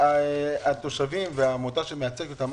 התושבים והעמותה שמייצגת אותם,